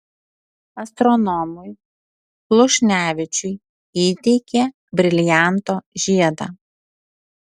astronomui hlušnevičiui įteikė brilianto žiedą